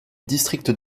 district